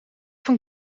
van